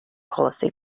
policy